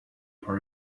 for